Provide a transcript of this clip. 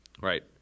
right